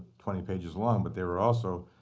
twenty pages long, but there were also